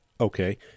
Okay